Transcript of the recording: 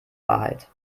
wahrheit